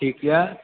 ठीक यऽ